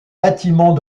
bâtiment